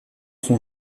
son